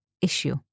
issue